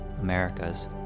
Americas